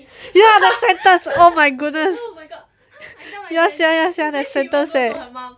ya that's oh my goodness ya sia ya sia that centers eh